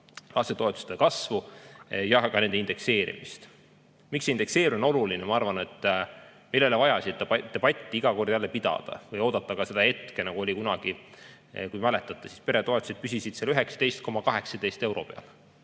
lastetoetuste kasvu ja ka nende indekseerimist. Miks on indekseerimine oluline? Ma arvan, et meil ei oleks vaja siin seda debatti iga kord jälle pidada või oodata sellist hetke, nagu oli kunagi. Kui mäletate, siis peretoetused püsisid 19,18 euro peal.